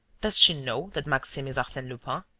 does she know that maxime is arsene lupin?